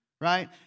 right